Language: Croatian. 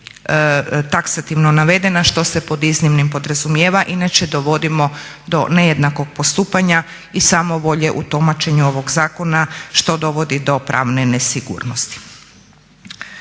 taksativno navedena što se pod iznimnim podrazumijeva, inače dovodimo do nejednakog postupanja i samovolje u tumačenju ovog zakona što dovodi do pravne nesigurnosti.